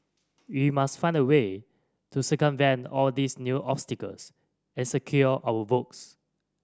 we must find a way to circumvent all these new obstacles and secure our votes